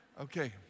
Okay